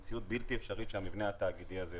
מציאות בלתי אפשרית שהמבנה התאגידי הזה יוצר.